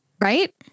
right